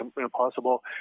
impossible